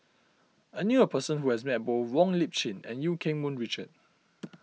I knew a person who has met both Wong Lip Chin and Eu Keng Mun Richard